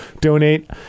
donate